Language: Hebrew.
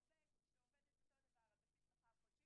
עובד שעובד את אותו דבר על בסיס שכר שעתי